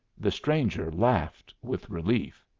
the stranger laughed with relief.